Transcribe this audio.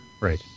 Right